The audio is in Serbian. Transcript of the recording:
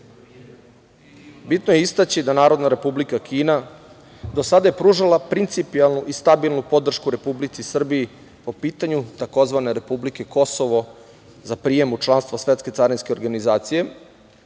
Aziji. Bitno je istaći da je Narodna Republika Kina do sada pružala principijelnu i stabilnu podršku RS po pitanju tzv. republike Kosovo za prijem u članstvo svetske carinske organizacije